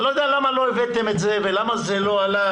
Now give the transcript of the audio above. אני לא יודע למה לא הבאתם את זה ולמה זה לא עלה,